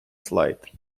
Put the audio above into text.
слайд